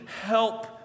help